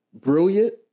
brilliant